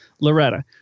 Loretta